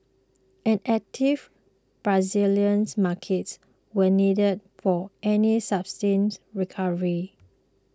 an active Brazilian markets were needed for any sustained recovery